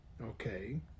Okay